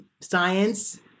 science